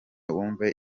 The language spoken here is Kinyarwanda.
wumve